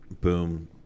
Boom